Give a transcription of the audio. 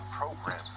program